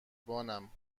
بانم